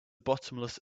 bottomless